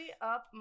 up